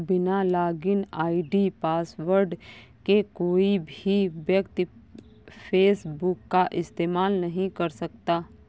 बिना login ID password के कोई भी व्यक्ति फेसबुक का इस्तेमाल नहीं कर सकता